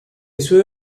sue